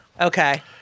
Okay